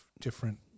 different